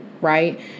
right